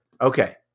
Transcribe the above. okay